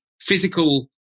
physical